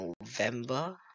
November